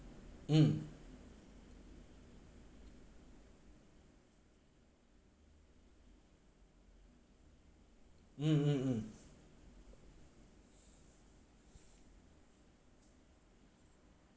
mm mm mm mm